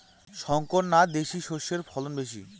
শংকর না দেশি সরষের ফলন বেশী?